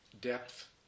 depth